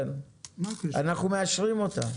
אנחנו מאשרים אותה,